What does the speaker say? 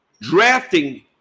Drafting